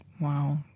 Wow